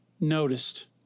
noticed